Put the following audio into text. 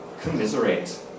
commiserate